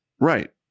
right